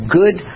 good